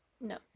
No